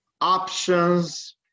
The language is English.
options